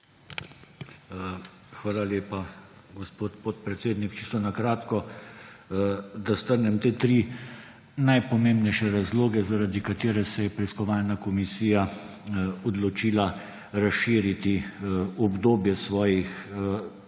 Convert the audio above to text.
Hvala lepa, gospod podpredsednik. Čisto na kratko. Da strnem te tri najpomembnejše razloge, zaradi katerih se je preiskovalna komisija odločila razširiti obdobje svojih